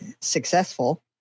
successful